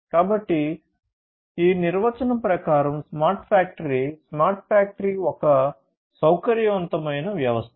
కాబట్టి ఈ నిర్వచనం ప్రకారం స్మార్ట్ ఫ్యాక్టరీ "స్మార్ట్ ఫ్యాక్టరీ ఒక సౌకర్యవంతమైన వ్యవస్థ